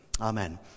Amen